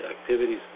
activities